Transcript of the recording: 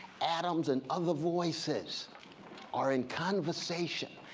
adams, and other voices are in conversation,